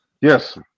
Yes